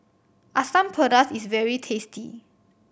Asam Pedas is very tasty